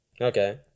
Okay